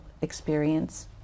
experience